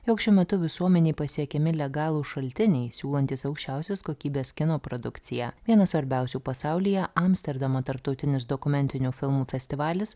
jog šiuo metu visuomenei pasiekiami legalūs šaltiniai siūlantys aukščiausios kokybės kino produkciją vienas svarbiausių pasaulyje amsterdamo tarptautinis dokumentinių filmų festivalis